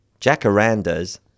Jacarandas